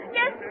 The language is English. yes